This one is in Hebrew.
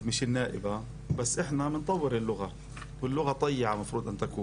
אפשר להגיד חֲבֵרָה (בבית נבחרים).